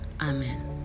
Amen